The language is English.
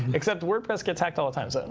except wordpress gets hacked all the time. so and